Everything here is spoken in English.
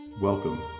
Welcome